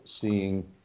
seeing –